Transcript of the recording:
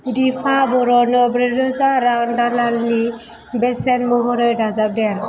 दिपा बर'नो ब्रै रोजा रां दालालनि बेसेन महरै दाजाबदेर